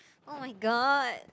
oh-my-god